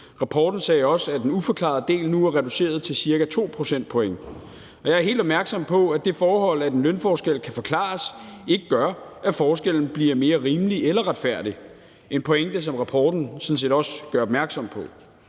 Rapporten sagde også, at den uforklarede del nu er reduceret til ca. 2 procentpoint. Jeg er helt opmærksom på, at det forhold, at en lønforskel kan forklares, ikke gør, at forskellen bliver mere rimelig eller retfærdig – en pointe, som rapporten sådan set også gør opmærksom på.